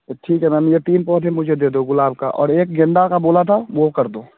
तो ठीक है मैम ये तीन पौधे मुझे दे दो गुलाब का और एक गेंदा का बोला था वो कर दो